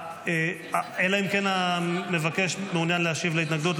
אלא אם כן המבקש מעוניין להשיב להתנגדות,